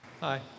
Hi